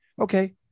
okay